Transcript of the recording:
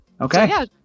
Okay